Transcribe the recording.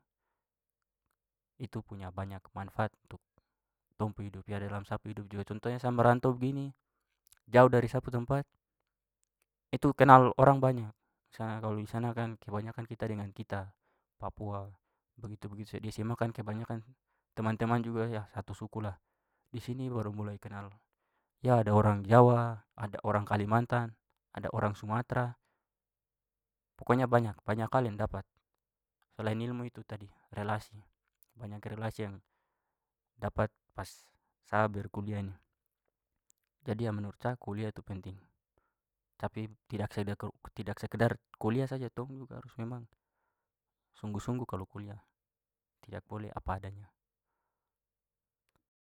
Itu punya banyak manfaat untuk tong pu hidup ya dalam sa pu hidup juga. Contohnya sa merantau begini jauh dari sa pu tempat itu kenal orang banyak. Misalnya kalau di sana kan kebanyakan kita dengan kita, papua, begitu-begitu sa. Di SMA kan kebanyakan teman-teman juga ya satu suku lah. Di sini baru mulai kenal ya ada orang jawa, ada orang kalimantan, ada orang sumatera, pokoknya banyak- banyak hal yang dapat selain ilmu itu tadi relasi. Banyak relasi yang dapat pas sa berkuliah ini. Jadi ya menurut sa kuliah itu penting. Tapi tidak tidak sekedar kuliah saja, tong juga harus memang sunggu-sunggu kalo kuliah tidak boleh apa adanya.